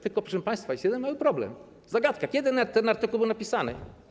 Tylko, proszę państwa, jest jeden mały problem, zagadka: Kiedy ten artykuł był napisany?